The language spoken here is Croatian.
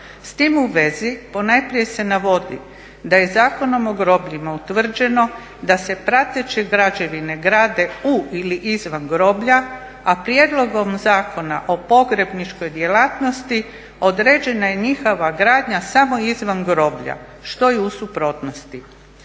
S tim u vezi ponajprije se navodi da je Zakonom o grobljima utvrđeno da se prateće građevine grade u ili izvan groblja, a prijedlogom Zakona o pogrebničkoj djelatnosti određena je njihova gradnja samo izvan groblja što je u suprotnosti.